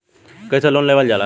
कैसे लोन लेवल जाला?